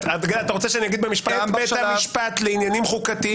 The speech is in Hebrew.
אתה רוצה שאני אגיד במשפט כדי לסגור את הוויכוח?